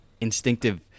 instinctive